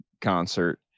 concert